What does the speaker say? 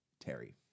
Terry